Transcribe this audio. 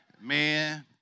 man